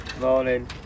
Morning